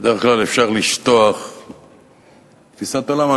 שבדרך כלל אפשר לשטוח תפיסת עולם.